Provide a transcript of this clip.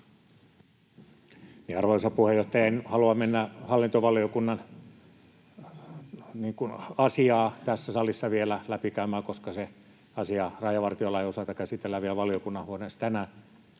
Arvoisa puheenjohtaja! En halua mennä hallintovaliokunnan asiaa tässä salissa vielä läpikäymään, koska se asia rajavartiolain osalta käsitellään vielä valiokunnan huoneessa tänään